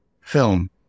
film